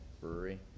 brewery